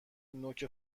نوک